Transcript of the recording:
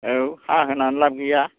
औ हाहोनानै लाब गैया